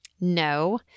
no